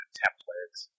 templates